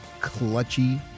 clutchy